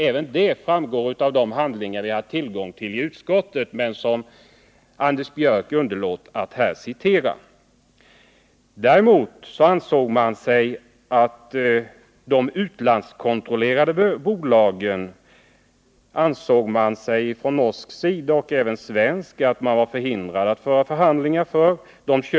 Även det framgår av de handlingar vi har haft tillgång till i utskottet men som Anders Björck underlät att här citera. Däremot ansåg man från norsk och svensk sida att man var förhindrad att föra förhandlingar för de utlandskontrollerade bolagen.